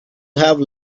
have